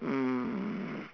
um